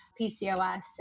PCOS